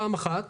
פעם אחת